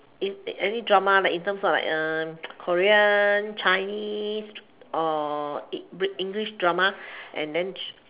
in in any drama in terms of like korean chinese or it brit~ english drama and then